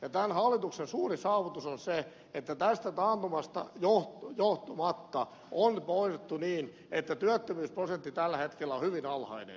tämän hallituksen suuri saavutus on se että tästä taantumasta huolimatta on hoidettu niin että työttömyysprosentti tällä hetkellä on hyvin alhainen